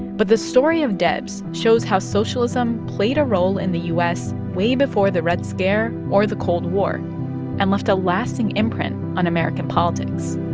but the story of debs shows how socialism played a role in the u s. way before the red scare or the cold war and left a lasting imprint on american politics